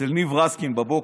אצל ניב רסקין בבוקר.